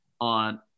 on